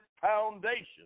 foundation